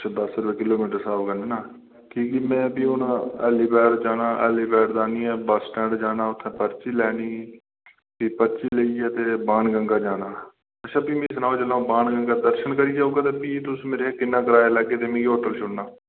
अच्छा दस रुपये किलेमिटर स्हाब कन्नै ना कि के में हून हेलीपैड जाना हेलीपैड दा आह्नियै बस स्टैण्ड जाना उत्थै पर्ची लैनी प्ही पर्ची लेइयै ते बाण गंगा जाना अच्छा मिं सनाओ जिसलै बाण गंगा दर्शन करी औगे ते फ्ही तुस मेरे कशा किन्ना कराया लैगे ते मिगी होटल छोड़ना